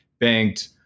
banked